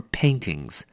paintings